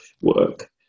work